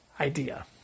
idea